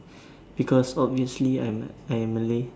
because obviously I'm a I am Malay